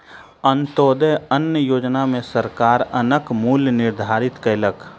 अन्त्योदय अन्न योजना में सरकार अन्नक मूल्य निर्धारित कयलक